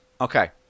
Okay